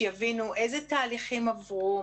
שיבינו אילו תהליכים עברו,